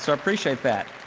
so appreciate that.